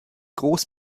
groß